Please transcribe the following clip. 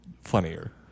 funnier